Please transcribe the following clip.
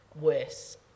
worse